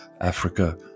Africa